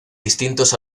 distintos